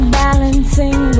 balancing